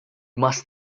must